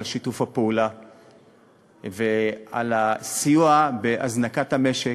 על שיתוף הפעולה ועל הסיוע בהזנקת המשק,